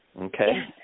okay